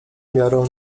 miarą